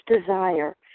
desire